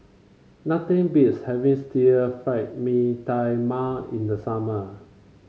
nothing beats having still Fried Mee Tai Mak in the summer